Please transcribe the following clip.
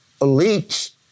elites